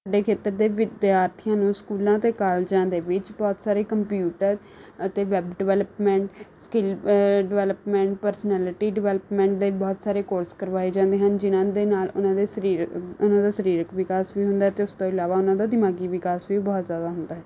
ਵੱਡੇ ਖੇਤਰ ਦੇ ਵਿਦਿਆਰਥੀਆਂ ਨੂੰ ਸਕੂਲਾਂ ਅਤੇ ਕਾਲਜਾਂ ਦੇ ਵਿੱਚ ਬਹੁਤ ਸਾਰੇ ਕੰਪਿਊਟਰ ਅਤੇ web development skill development personality development ਦੇ ਬਹੁਤ ਸਾਰੇ ਕੋਰਸ ਕਰਵਾਏ ਜਾਂਦੇ ਹਨ ਜਿਨ੍ਹਾਂ ਦੇ ਨਾਲ ਉਹਨਾਂ ਦੇ ਸਰੀਰ ਉਨ੍ਹਾਂ ਦਾ ਸਰੀਰਕ ਵਿਕਾਸ ਵੀ ਹੁੰਦਾ ਹੈ ਅਤੇ ਉਸ ਤੋਂ ਇਲਾਵਾ ਉਹਨਾਂ ਦਾ ਦਿਮਾਗੀ ਵਿਕਾਸ ਵੀ ਬਹੁਤ ਜ਼ਿਆਦਾ ਹੁੰਦਾ ਹੈ